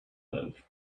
live